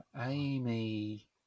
amy